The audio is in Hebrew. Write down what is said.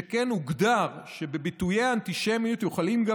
שכן הוגדר שביטויי האנטישמיות יכולים להיות גם